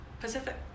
Pacific